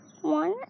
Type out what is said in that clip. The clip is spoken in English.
one